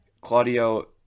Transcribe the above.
claudio